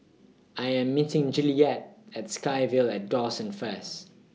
I Am meeting July yet At SkyVille At Dawson First